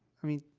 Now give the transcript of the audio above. i mean,